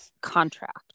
contract